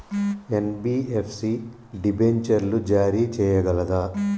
NBFC డిబెంచర్లు జారీ చేయగలదా?